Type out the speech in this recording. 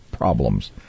problems